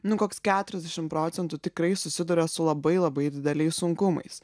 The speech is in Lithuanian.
nu koks keturiasdešimt procentų tikrai susiduria su labai labai dideliais sunkumais